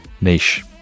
niche